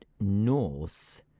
Norse